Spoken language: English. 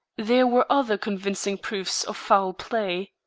there were other convincing proofs of foul play.